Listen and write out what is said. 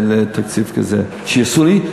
לתקציב כזה שיעשו לי.